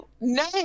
No